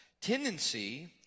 tendency